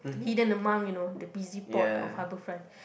hidden among you know the busy port of Harbourfront